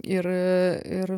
ir ir